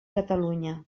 catalunya